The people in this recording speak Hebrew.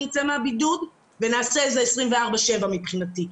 אצא מהבידוד ונעשה את זה 24/7 מבחינתי.